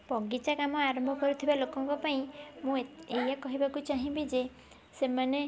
ବଗିଚା କାମ ଆରମ୍ଭ କରୁଥିବା ଲୋକଙ୍କ ପାଇଁ ମୁଁ ଏଇଆ କହିବାକୁ ଚାହିଁବି ଯେ ସେମାନେ